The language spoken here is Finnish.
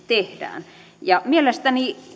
tehdään mielestäni